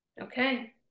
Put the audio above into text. okay